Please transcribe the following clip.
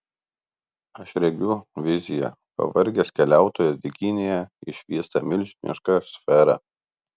aš regiu viziją pavargęs keliautojas dykynėje išvysta milžinišką sferą